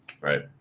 right